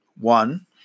One